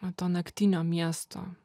na to naktinio miesto